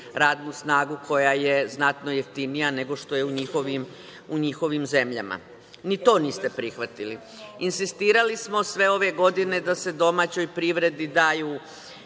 radnu snagu koja je znatno jeftinija nego što je u njihovim zemljama. Ni to niste prihvatili. Insistirali smo sve ove godine da se domaćoj privredi daju